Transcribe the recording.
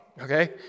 okay